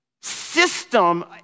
system